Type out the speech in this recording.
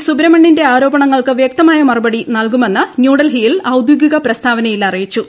സുബ്രഹ്മണ്യന്റെ ആരോപണങ്ങൾക്ക് വ്യക്തമായ മറുപടി നല്കുമെന്ന് ന്യൂഡൽഹിയിൽ ഔദ്യോഗിക പ്രസ്താവനയിൽ അറിയിച്ചു